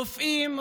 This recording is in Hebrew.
רופאים,